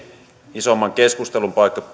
isomman keskustelun paikka